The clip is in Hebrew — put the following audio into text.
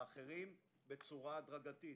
האחרים בצורה הדרגתית.